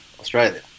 Australia